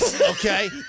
Okay